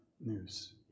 news